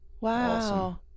Wow